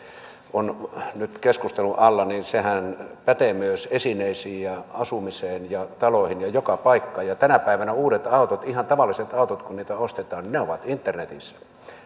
on nyt keskustelun alla pätee myös esineisiin asumiseen taloihin ja joka paikkaan tänä päivänä uudet autot ihan tavalliset autot kun niitä ostetaan ovat internetissä niitten